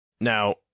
Now